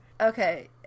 Okay